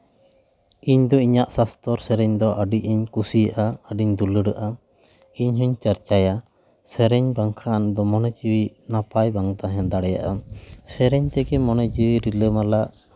ᱤᱧ ᱫᱚ ᱤᱧᱟᱹᱜ ᱥᱟᱥᱛᱚᱨ ᱥᱮᱨᱮᱧ ᱫᱚ ᱟᱹᱰᱤᱧ ᱠᱩᱥᱤᱭᱟᱜᱼᱟ ᱟᱹᱰᱤᱧ ᱫᱩᱞᱟᱹᱲᱟᱜᱼᱟ ᱤᱧ ᱦᱚᱸᱧ ᱪᱟᱨᱪᱟᱭᱟ ᱥᱮᱨᱮᱧ ᱵᱟᱝᱠᱷᱟᱱ ᱫᱚ ᱢᱚᱱᱮ ᱡᱤᱣᱤ ᱱᱟᱯᱟᱭ ᱵᱟᱝ ᱛᱟᱦᱮᱸ ᱫᱟᱲᱮᱭᱟᱜᱼᱟ ᱥᱮᱨᱮᱧ ᱛᱮᱜᱮ ᱢᱚᱱᱮ ᱡᱤᱣᱤ ᱨᱤᱞᱟᱹᱢᱟᱞᱟ